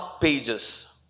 pages